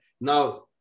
Now